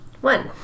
One